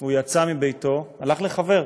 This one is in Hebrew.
הוא יצא מביתו, הלך לחבר,